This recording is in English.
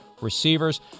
receivers